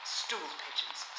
stool-pigeons